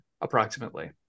Approximately